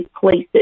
places